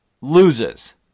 loses